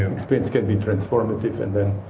experience can be transformative and then